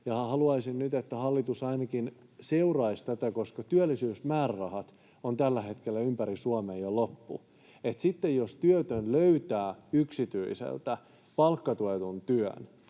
Haluaisin nyt, että hallitus ainakin seuraisi tätä, koska työllisyysmäärärahat ovat tällä hetkellä ympäri Suomea jo loppu. Sitten jos työtön löytää yksityiseltä palkkatuetun työn,